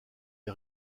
est